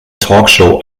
talkshow